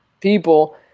people